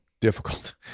difficult